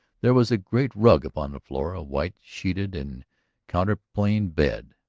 there was a great rug upon the floor, a white-sheeted and counterpaned bed,